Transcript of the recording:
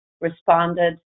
responded